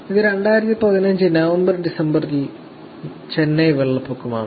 ഇത് 2015 November December Chennai വെള്ളപ്പൊക്കമാണ്